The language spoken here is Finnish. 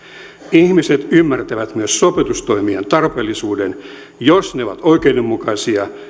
ihmiset ymmärtävät myös sopeutustoimien tarpeellisuuden jos ne ovat oikeudenmukaisia